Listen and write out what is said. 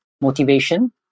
motivation